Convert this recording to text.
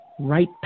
right